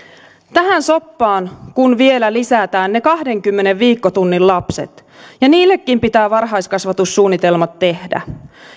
tähän soppaan kun vielä lisätään ne kahdenkymmenen viikkotunnin lapset ja niillekin pitää varhaiskasvatussuunnitelmat tehdä